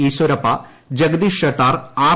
Eshwarappa Jagadish Shettar R